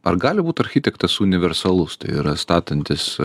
ar gali būt architektas universalus tai yra statantis